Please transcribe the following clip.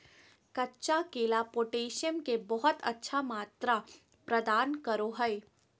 कच्चा केला पोटैशियम के बहुत अच्छा मात्रा प्रदान करो हइ